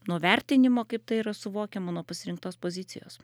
nuo vertinimo kaip tai yra suvokiama nuo pasirinktos pozicijos